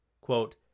Quote